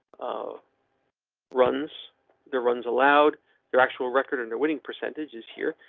ah runs the runs allowed their actual record under winning percentages here.